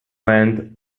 went